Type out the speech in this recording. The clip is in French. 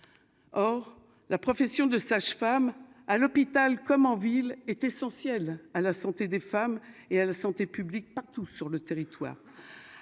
or la profession de sage-femme à l'hôpital comme en ville, est essentiel à la santé des femmes et à la santé publique partout sur le territoire,